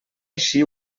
així